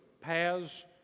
paths